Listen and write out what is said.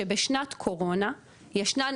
שבשנת קורונה, ישנן